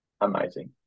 amazing